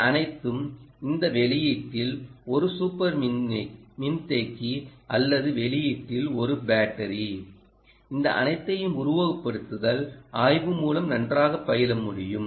இந்த அனைத்தும் இந்த வெளியீட்டில் ஒரு சூப்பர் மின்தேக்கி அல்லது வெளியீட்டில் ஒரு பேட்டரி இந்த அனைத்தையும் உருவகப்படுத்துதல் ஆய்வு மூலம் நன்றாக பயில முடியும்